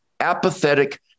apathetic